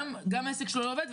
לא רק שהעסק שלו לא עובד,